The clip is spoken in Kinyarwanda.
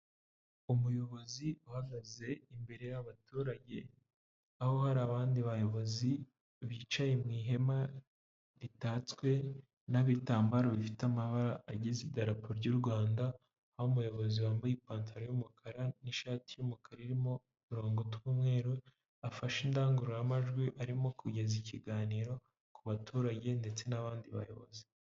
Umuyobozi uhagaze imbere y'abaturage, aho hari abandi bayobozi bicaye mu ihema ritatswe n'ibitambaro, bifite amabara agize idarapo ry'u Rwanda, aho umuyobozi wambaye ipantaro y'umukara n'ishati y'umukara, irimo uturongo tw'umweru, afashe indangururamajwi, arimo kugeza ikiganiro ku baturage ndetse n'abandi bayobozi.